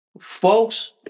Folks